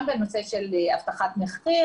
גם בנושא של אבטחת מחיר,